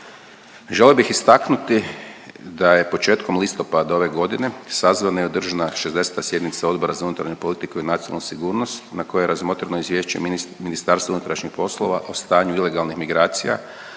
Želio bih istaknuti da je početkom listopada ove godine sazvana i održana 60. sjednica Odbora za unutarnju politiku i nacionalnu sigurnost na kojoj je razmotreno izvješće Ministarstva unutrašnjih poslova o stanju ilegalnih migracija